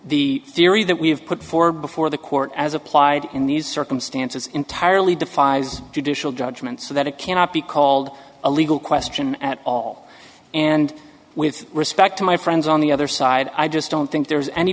the theory that we have put forward before the court as applied in these circumstances entirely defies judicial judgment so that it cannot be called a legal question at all and with respect to my friends on the other side i just don't think there's any